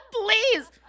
Please